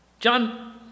John